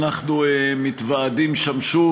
אנחנו מתוועדים שם שוב,